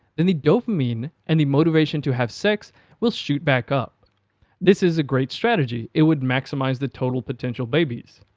then the dopamine and the motivation to have sex will shoot back up this is a great strategy, it would maximize the total potential babies.